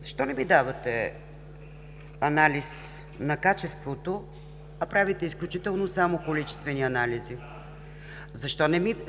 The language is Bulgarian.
Защо не ми давате анализ на качеството, а правите изключително само количествени анализи?